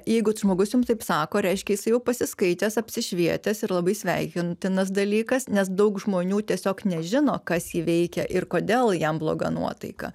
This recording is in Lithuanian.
jeigu žmogus jums taip sako reiškia jis jau pasiskaitęs apsišvietęs ir labai sveikintinas dalykas nes daug žmonių tiesiog nežino kas jį veikia ir kodėl jam bloga nuotaika